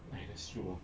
eh that's true ah